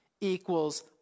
equals